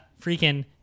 freaking